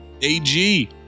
AG